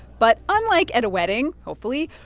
but unlike at a wedding, hopefully,